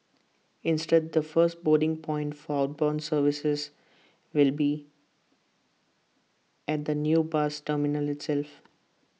instead the first boarding point for bound services will be at the new bus terminal itself